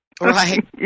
right